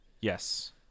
yes